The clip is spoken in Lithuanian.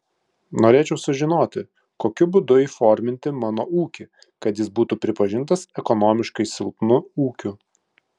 norėčiau sužinoti kokiu būdu įforminti mano ūkį kad jis būtų pripažintas ekonomiškai silpnu ūkiu